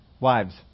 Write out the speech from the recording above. Wives